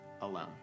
alone